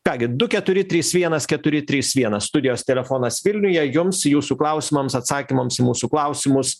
ką gi du keturi trys vienas keturi trys vienas studijos telefonas vilniuje jums jūsų klausimams atsakymams į mūsų klausimus